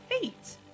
feet